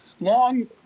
long